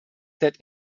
that